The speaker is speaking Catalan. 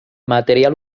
material